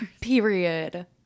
period